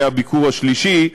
הביקור השלישי,